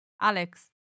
Alex